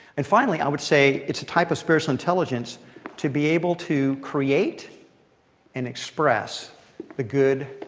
and finally, i would say it's a type of spiritual intelligence to be able to create and express the good,